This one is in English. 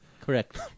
Correct